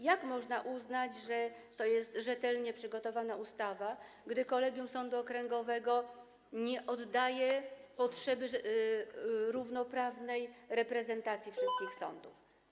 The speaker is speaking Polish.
Jak można uznać, że to jest rzetelnie przygotowana ustawa, jeśli kolegium sądu okręgowego nie oddaje potrzeby równoprawnej reprezentacji wszystkich sądów?